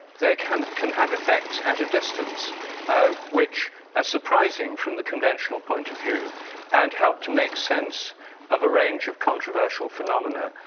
they can can have effect at a distance which are ah surprising from the conventional point of view and helped to make sense of a range of controversial phenomena,